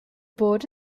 board